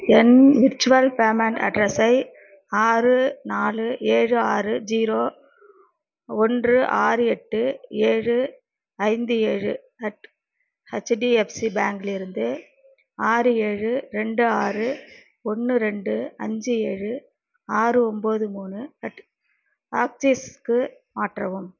என் virtual payment அட்ரஸை ஆறு நாலு ஏழு ஆறு ஜீரோ ஒன்று ஆறு எட்டு ஏழு ஐந்து ஏழு அட் ஹெச்டிஎஃப்சி பேங்க்லிருந்து ஆறு ஏழு ரெண்டு ஆறு ஒன்று ரெண்டு அஞ்சு ஏழு ஆறு ஒன்போது மூணு அட் ஆக்சிஸ்க்கு மாற்றவும்